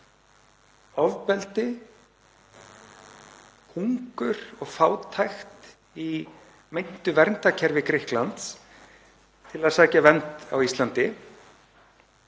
ofbeldi, hungur og fátækt í meintu verndarkerfi Grikklands til að sækja vernd á Íslandi.